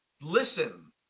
listen